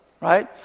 right